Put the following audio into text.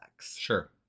Sure